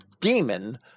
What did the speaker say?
demon